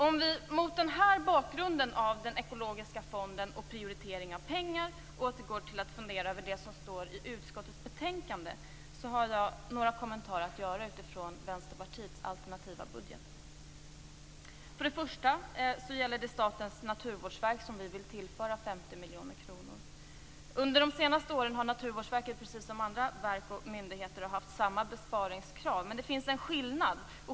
Om vi mot bakgrund av den ekologiska fonden och prioriteringen av pengar återgår till att fundera över det som står i utskottets betänkande har jag några kommentarer utifrån Vänsterpartiets alternativa budget. Först och främst vill vi tillföra Statens Naturvårdsverk 50 miljoner kronor. Under de senaste åren har Naturvårdsverket, precis som andra verk och myndigheter, haft samma besparingskrav, men det finns en skillnad.